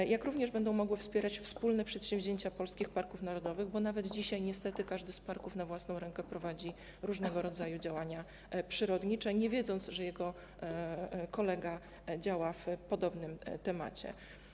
Będą mogły również wspierać wspólne przedsięwzięcia polskich parków narodowych, bo nawet dzisiaj niestety każdy z parków na własną rękę prowadzi różnego rodzaju działania przyrodnicze, nie wiedząc, że jego kolega działa w podobnym temacie.